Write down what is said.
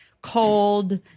Cold